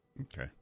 Okay